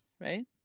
right